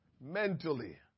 mentally